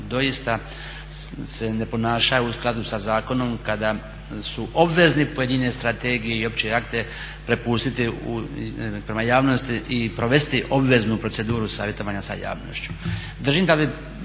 doista se ne ponašaju u skladu sa zakonom kada su obvezni pojedine strategije i opće akte prepustiti prema javnosti i provesti obveznu proceduru savjetovanja sa javnošću.